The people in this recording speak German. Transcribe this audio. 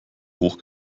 hoch